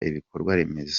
ibikorwaremezo